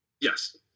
Yes